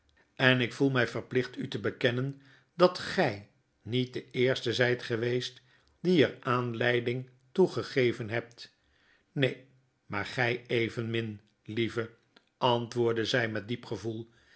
en ik voel my verplicht u te bekennen dat gy niet de eerste zyt geweest die er aanleiding toegegeven hebt neen maar gy evenmin lieve antwoordde zij met diep gevoel